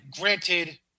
granted